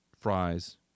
fries